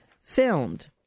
filmed